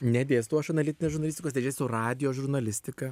nedėstau aš analitinės žurnalistikos aš dėstau radijo žurnalistiką